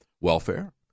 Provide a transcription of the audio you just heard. welfare